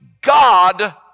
God